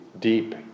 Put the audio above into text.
deep